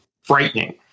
frightening